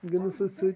گِنٛدنہٕ سۭتۍ سۭتۍ